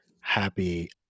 happy